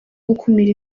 gukumira